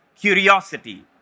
curiosity